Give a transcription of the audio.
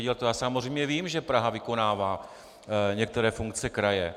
To já samozřejmě vím, že Praha vykonává některé funkce kraje.